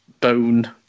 bone